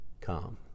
come